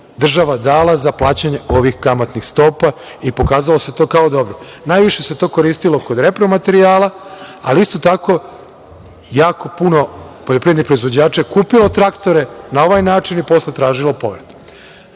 država dala za plaćanje ovih kamatnih stopa i pokazalo se to kao dobro. Najviše se to koristilo kod repromaterijala, ali isto tako jako puno poljoprivrednih proizvođača je kupilo traktore na ovaj način i posle tražilo povrat. Da